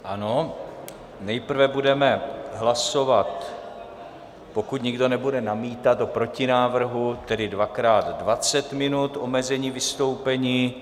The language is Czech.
Ano, nejprve budeme hlasovat, pokud nikdo nebude namítat, o protinávrhu, tedy dvakrát 20 minut, omezení vystoupení.